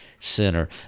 Sinner